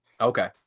Okay